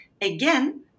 again